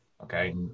okay